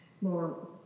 more